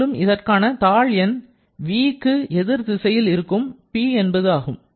மேலும் இதற்கான தாழெண் vக்கு எதிர் திசையில் இருக்கும் P ஆகும்